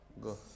Go